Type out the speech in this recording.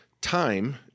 Time